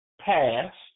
past